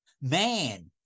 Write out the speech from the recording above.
man